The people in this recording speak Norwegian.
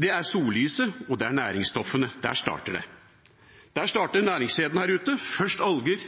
Det er sollyset, og det er næringsstoffene. Der starter det. Der starter næringskjeden her ute: først alger,